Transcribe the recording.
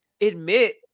admit